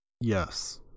Yes